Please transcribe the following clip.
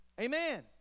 Amen